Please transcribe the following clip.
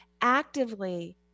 actively